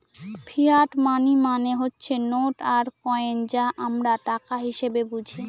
fiat money মানে হচ্ছে note আর কয়েন যা আমরা টাকা হিসেবে বুঝি